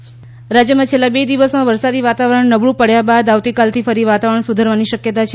વરસાદ રાજયમાં છેલ્લા બે દિવસમાં વરસાદી વાતાવરણ નબળું પડ્યા બાદ આવતીકાલથી ફરી વાતાવરણ સુધરવા ની શક્યતા છે